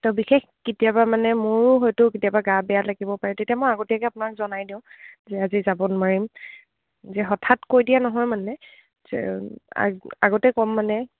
তো বিশেষ কেতিয়াবা মানে মোৰো হয়তো কেতিয়াবা গা বেয়া লাগিব পাৰে তেতিয়া মই আগতীয়াকৈ আপোনাক জনাই দিওঁ যে আজি যাব নোৱাৰিম যে হঠাৎ কৈ দিয়া নহয় মানে আগতে ক'ম মানে